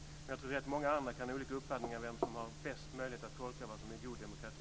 Men jag tror att många andra kan ha olika uppfattningar om vem som har bäst möjligheter att tolka vad som är god demokrati.